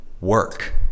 work